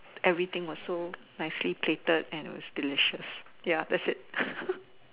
everything was so nicely plated and that was delicious ya that's it